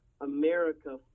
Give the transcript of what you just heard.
America